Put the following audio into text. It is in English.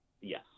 Yes